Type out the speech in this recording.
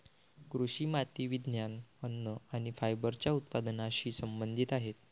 कृषी माती विज्ञान, अन्न आणि फायबरच्या उत्पादनाशी संबंधित आहेत